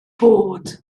bod